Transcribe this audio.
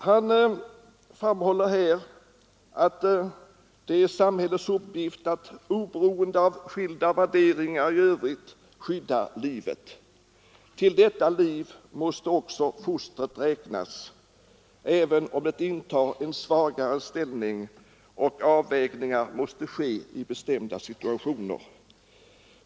Han framhåller att bakgrunden till lagstiftningen måste vara att det är samhällets uppgift att, oberoende av skilda värderingar i övrigt, skydda livet. Till detta liv måste också fostret räknas, även om det intar en svagare ställning och avvägningar måste ske i bestämda situationer.